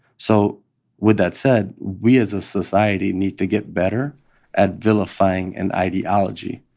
so with that said, we as a society need to get better at vilifying an ideology.